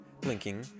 blinking